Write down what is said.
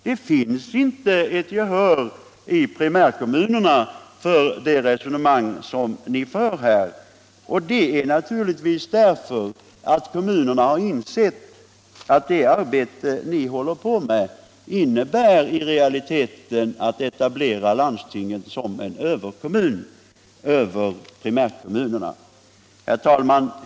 Det finns inte gehör i primärkommunerna för det resonemang som ni för här, och det är naturligtvis därför att kommunerna har insett att det arbete ni håller på med innebär i realiteten att man etablerar landstingen som överkommuner över primärkommunerna. Herr talman!